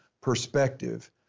perspective